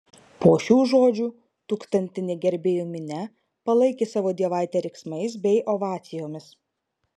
po šių žodžių tūkstantinė gerbėjų minia palaikė savo dievaitę riksmais bei ovacijomis